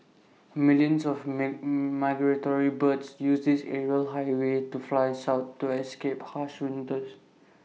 millions of meat migratory birds use this aerial highway to fly south to escape harsh winters